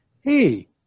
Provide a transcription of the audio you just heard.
hey